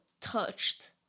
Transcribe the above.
touched